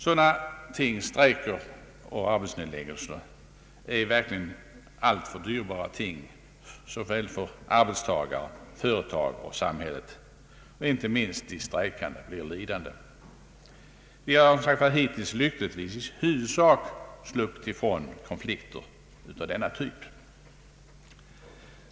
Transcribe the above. Sådana företeelser är verkligen dyrbara ting såväl för arbetstagare, som för företagen och samhället. Inte minst de strejkande blir lidande. Vi har som Statsverkspropositionen m.m. sagt hittills lyckligtvis i huvudsak sluppit ifrån konflikter av denna typ.